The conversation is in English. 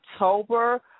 October